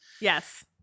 Yes